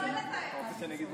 לא, אין לתאר